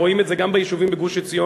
ורואים את זה גם ביישובים בגוש-עציון,